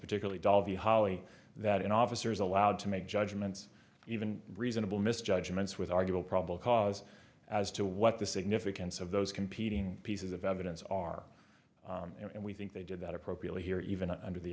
particularly daal the holly that an officer is allowed to make judgments even reasonable misjudgments with argue will probably cause as to what the significance of those competing pieces of evidence are and we think they did that appropriately here even under the